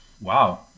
Wow